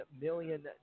million